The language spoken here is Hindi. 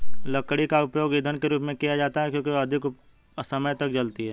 लकड़ी का उपयोग ईंधन के रूप में किया जाता है क्योंकि यह अधिक समय तक जलती है